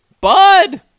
bud